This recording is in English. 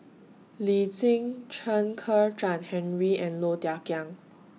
Lee Tjin Chen Kezhan Henri and Low Thia Khiang